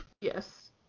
Yes